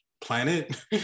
planet